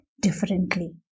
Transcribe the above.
differently